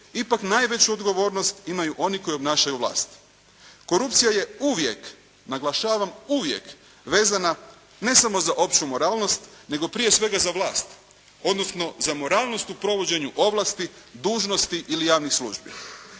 Ipak najveću odgovornost imaju oni koji obnašaju vlast. Korupcija je uvijek, naglašavam uvijek, vezana ne samo za opću moralnost nego prije svega za vlast odnosno za moralnost u provođenju ovlasti, dužnosti ili javnih službi.